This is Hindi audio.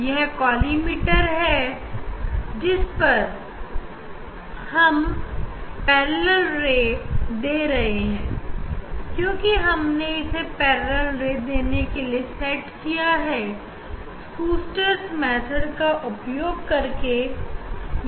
यह कॉलिमैटर हमें समानांतर किरण दे रहा है क्योंकि हमने इसे ऐसा करने के लिए शूस्टर मेथड का उपयोग करके सेट किया है